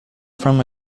from